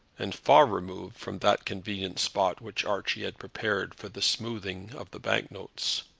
and far removed from that convenient spot which archie had prepared for the smoothing of the bank-notes.